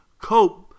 cope